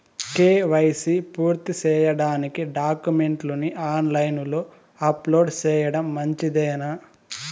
KYC పూర్తి సేయడానికి డాక్యుమెంట్లు ని ఆన్ లైను లో అప్లోడ్ సేయడం మంచిదేనా?